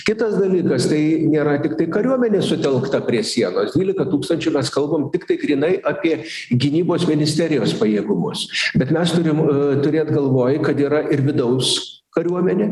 kitas dalykas tai nėra tiktai kariuomenė sutelkta prie sienos dvylika tūkstančių mes kalbam tiktai grynai apie gynybos ministerijos pajėgumus bet mes turim turėt galvoj kad yra ir vidaus kariuomenė